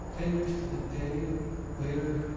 ten years to the day later,